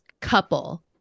couple